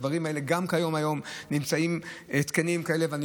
גם כיום נמצאים התקנים כאלה,